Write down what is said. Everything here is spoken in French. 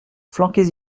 flanquez